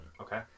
Okay